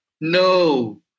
No